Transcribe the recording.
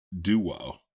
duo